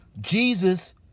Jesus